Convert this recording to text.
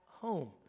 home